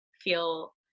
feel